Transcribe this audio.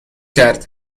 کرد